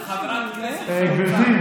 מסורת היא מסורת.